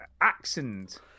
accent